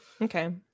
okay